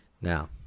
Now